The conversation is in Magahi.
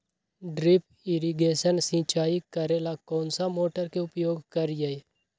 ड्रिप इरीगेशन सिंचाई करेला कौन सा मोटर के उपयोग करियई?